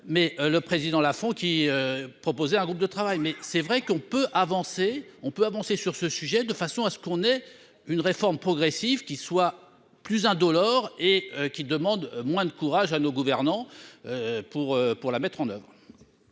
mais le président là font qui proposait un groupe de travail mais c'est vrai qu'on peut avancer, on peut avancer sur ce sujet de façon à ce qu'on ait une réforme progressive qui soit plus indolore et qui demande moins de courage à nos gouvernants pour pour la mettre en oeuvre.